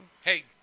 Hey